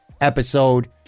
episode